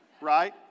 right